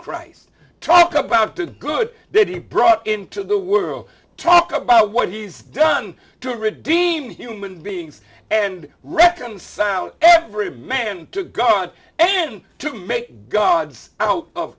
christ talk about the good that he brought into the world talk about what he's done to redeem human beings and reconcile every man to god and to make god's out of